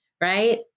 Right